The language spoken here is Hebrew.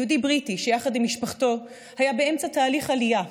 יהודי בריטי שיחד עם משפחתו היה באמצע תהליך עלייה,